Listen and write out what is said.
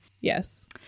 Yes